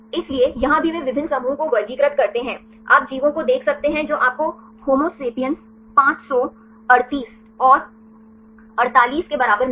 इसलिए यहाँ भी वे विभिन्न समूहों को वर्गीकृत करते हैं आप जीवों को देख सकते हैं जो आपको होमो सेपियन्स 538 और 48 के बराबर मिलेंगे